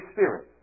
Spirit